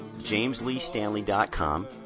JamesLeeStanley.com